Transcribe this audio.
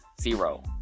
zero